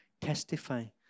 testifying